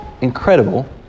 incredible